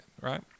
right